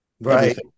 right